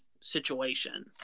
situation